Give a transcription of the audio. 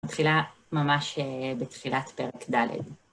מתחילה ממש בתחילת פרק ד'